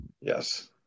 Yes